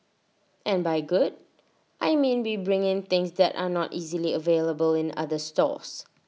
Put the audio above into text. and by good I mean we bring in things that are not easily available in other stores